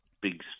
big